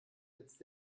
jetzt